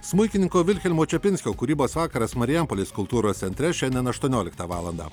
smuikininko vilhelmo čepinskio kūrybos vakaras marijampolės kultūros centre šiandien aštuonioliktą valandą